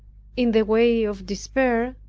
in the way of despair,